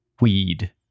Weed